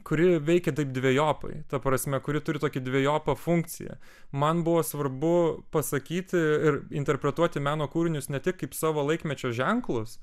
kuri veikia taip dvejopai ta prasme kuri turi tokį dvejopą funkciją man buvo svarbu pasakyti ir interpretuoti meno kūrinius ne tik kaip savo laikmečio ženklus